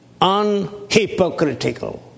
unhypocritical